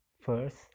first